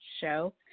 show